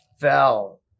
fell